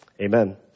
Amen